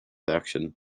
action